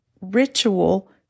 ritual